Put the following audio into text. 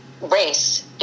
race